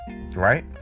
right